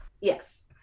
Yes